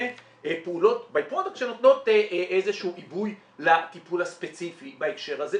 זה פעולות שנותנות איזשהו עיבוי לטיפול הספציפי בהקשר הזה.